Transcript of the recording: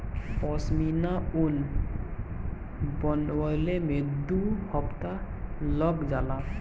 पश्मीना ऊन बनवले में दू हफ्ता लग जाला